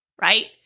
Right